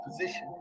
position